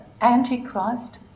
Antichrist